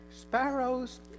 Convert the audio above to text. Sparrows